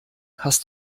hast